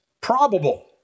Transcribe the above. Probable